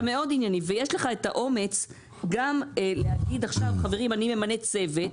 אתה מאוד ענייני ויש לך את האומץ להגיד עכשיו אני ממנה צוות,